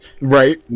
right